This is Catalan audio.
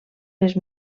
les